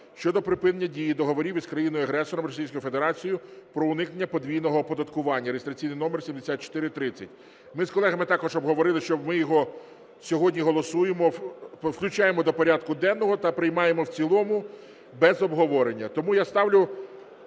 щодо припинення дії договорів із країною-агресором Російською Федерацією про уникнення подвійного оподаткування (реєстраційний номер 7430). Ми з колегами також обговорили, що ми його сьогодні голосуємо, включаємо до порядку денного та приймаємо в цілому без обговорення. Тому я ставлю